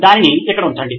దాన్ని ఇక్కడ ఉంచండి